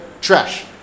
trash